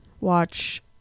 watch